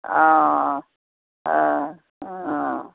অঁ অঁ অঁ